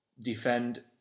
defend